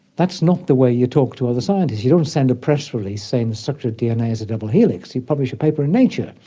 that's not the way you talk to other scientists. you don't send a press release saying the structure of dna is a double helix, you published a paper in nature.